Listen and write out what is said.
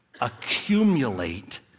accumulate